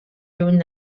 lluny